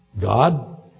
God